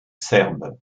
serbes